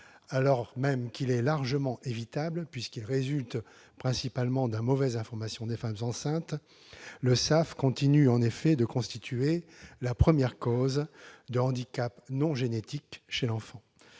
Alors même qu'il est largement évitable, puisqu'il résulte principalement de la mauvaise information des femmes enceintes, le SAF continue en effet de constituer la première cause de handicap non génétique chez l'enfant.